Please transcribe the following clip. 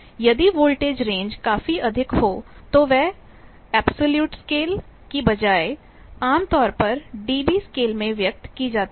यदि voltage range काफी अधिक हो तो वह अब्सोल्युट स्केल की बजाय आमतौर पर डीबी स्केल में व्यक्त की जाती है